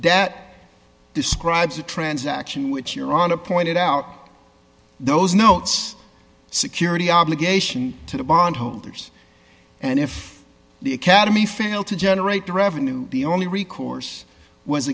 that describes a transaction which your honor pointed out those notes security obligation to the bondholders and if the academy failed to generate revenue the only recourse was